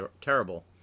terrible